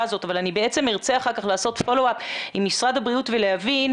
הזאת אבל אני ארצה לעשות אחר כך פולו-אפ עם משרד הבריאות ולהבין,